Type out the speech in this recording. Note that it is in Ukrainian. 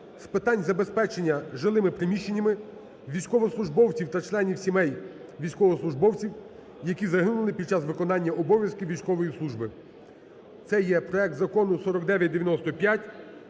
з питань забезпечення жилими приміщеннями військовослужбовців та членів сімей військовослужбовців, які загинули під час виконання обов'язків військової служби. Це є проект Закону 4995.